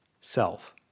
self